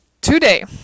today